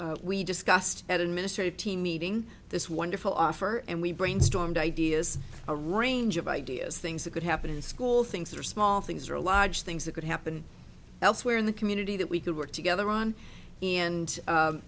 we discussed that administrative team meeting this wonderful offer and we brainstormed ideas a range of ideas things that could happen in school things that are small things are a large things that could happen elsewhere in the community that we could work together on and